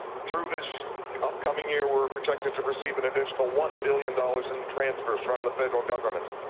through this upcoming year we're projected to receive an additional one billion dollars in transfer from the federal government